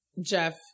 Jeff